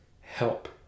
help